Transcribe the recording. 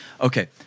Okay